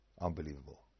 Unbelievable